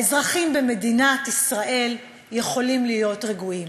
האזרחים במדינת ישראל יכולים להיות רגועים.